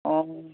অঁ